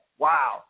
Wow